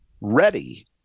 ready